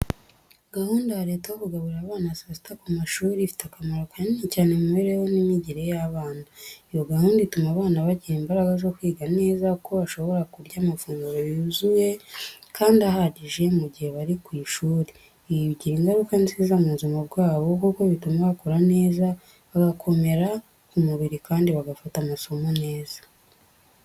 Gahunda ya leta yo kugaburira abana saa sita ku mashuri ifite akamaro kanini cyane mu mibereho n’imyigire y’abana. Iyo gahunda ituma abana bagira imbaraga zo kwiga neza kuko bashobora kurya amafunguro yuzuye kandi ahagije mu gihe bari ku ishuri. Ibi bigira ingaruka nziza mu buzima bwabo kuko bituma bakura neza, bagakomera ku mubiri kandi bagafata amasomo neza.